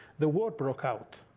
the war broke out,